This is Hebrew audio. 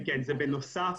כן, זה בנוסף.